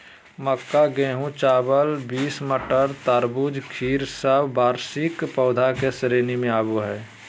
मक्का, गेहूं, चावल, बींस, मटर, तरबूज, खीर सब वार्षिक पौधा के श्रेणी मे आवो हय